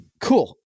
cool